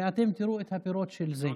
ואתם תראו את הפירות של זה.